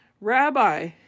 Rabbi